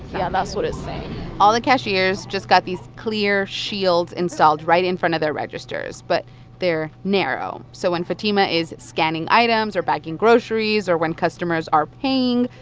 yeah, that's what it's saying all the cashiers just got these clear shields installed right in front of their registers, but they're narrow. so when fatima is scanning items or bagging groceries or when customers are paying,